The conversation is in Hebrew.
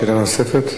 שאלה נוספת?